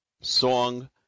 song